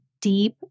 deep